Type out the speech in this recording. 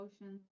emotions